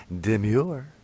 Demure